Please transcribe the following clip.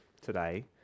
today